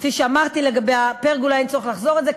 כפי שאמרתי לגבי הפרגולה, אין צורך לחזור על זה.